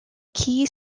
key